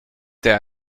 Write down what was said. der